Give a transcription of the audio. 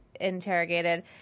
interrogated